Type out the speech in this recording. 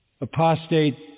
apostate